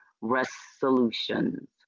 resolutions